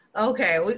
Okay